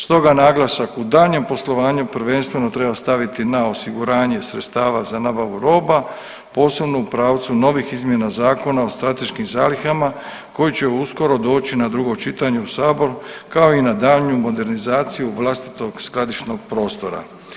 Stoga naglasak u daljnjem poslovanju prvenstveno treba staviti na osiguranje sredstava za nabavu roba posebno u pravcu novih izmjena Zakona o strateškim zalihama koji će uskoro doći na drugo čitanje u sabor kao i na daljnju modernizaciju vlastitog skladišnog prostora.